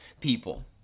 people